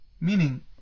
Meaning